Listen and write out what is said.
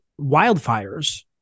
wildfires